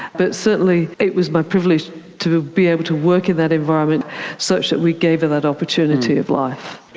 but certainly it was my privilege to be able to work in that environment such that we gave her that opportunity of life.